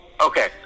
Okay